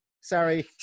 Sorry